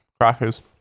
Crackers